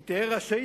היא תהא רשאית,